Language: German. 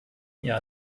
ihr